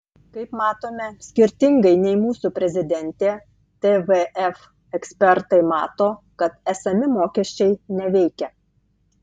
kaip matome skirtingai nei mūsų prezidentė tvf ekspertai mato kad esami mokesčiai neveikia